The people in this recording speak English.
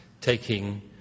taking